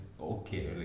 okay